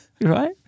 right